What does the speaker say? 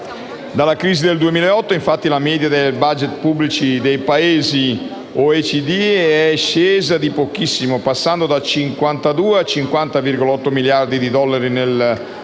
Dalla crisi del 2008, infatti, la media dei *budget* pubblici dei paesi OECD è scesa di pochissimo, passando da 52 a 50,8 miliardi di dollari nel 2013.